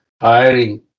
hiring